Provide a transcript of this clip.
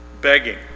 begging